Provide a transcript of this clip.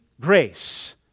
grace